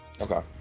Okay